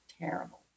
terrible